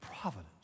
providence